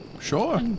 Sure